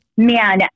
Man